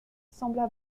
semblent